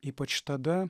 ypač tada